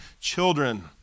children